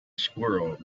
squirrel